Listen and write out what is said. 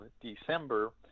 December